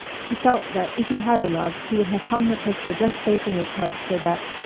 he felt that if he had a love he would have hung her picture just facing the tub so that,